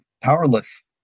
powerless